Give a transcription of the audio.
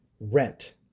Rent